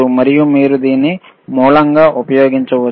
మరియు మీరు దీన్ని మూలంగా ఉపయోగించవచ్చు